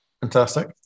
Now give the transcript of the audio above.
Fantastic